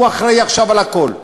הוא אחראי עכשיו לכול.